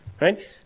Right